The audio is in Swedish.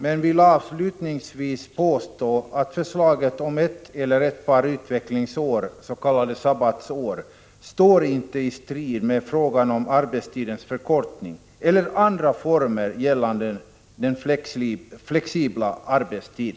Jag vill avslutningsvis påstå att förslaget om ett eller ett par utvecklingsår, s.k. sabbatsår, inte står i strid med frågan om arbetstidens förkortning eller med andra former av flexibel arbetstid.